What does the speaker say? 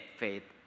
faith